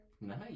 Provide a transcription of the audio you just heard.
Nice